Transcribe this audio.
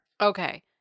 Okay